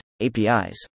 APIs